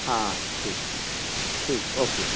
ہاں ٹھیک ہے ٹھیک ہے اوکے